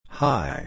hi